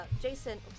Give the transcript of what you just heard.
Jason